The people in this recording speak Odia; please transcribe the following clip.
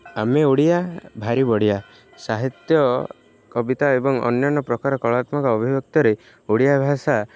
ଆମେ ଓଡ଼ିଆ ଭାରି ବଢ଼ିଆ ସାହିତ୍ୟ କବିତା ଏବଂ ଅନ୍ୟାନ୍ୟ ପ୍ରକାର କଳାତ୍ମକ ଅଭିବ୍ୟକ୍ତିରେ ଓଡ଼ିଆ ଭାଷା